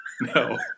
No